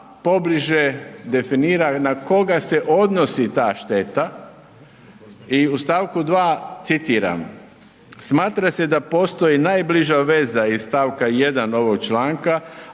pobliže definira na koga se odnosi ta šteta i u st. 2. citiram, smatra se da postoji najbliža veza iz st. 1. ovog članka